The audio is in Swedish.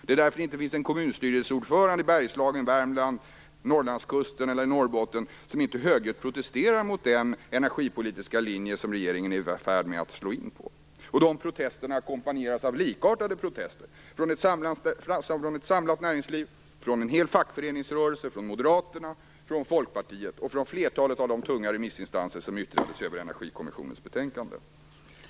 Det är därför som det inte finns en enda kommunstyrelseordförande i Bergslagen, i Värmland, längs Norrlandskusten eller i Norrbotten som inte högljutt protesterar mot den energipolitiska linje som regeringen är i färd med att slå in på. De protesterna ackompanjeras av likartade protester från ett samlat näringsliv, från hela fackföreningsrörelsen, från Moderaterna och Folkpartiet och från flertalet av de tunga remissinstanser som yttrat sig över Energikommissionens betänkande.